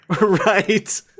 right